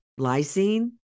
lysine